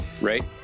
right